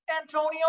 Antonio